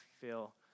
feel